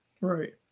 Right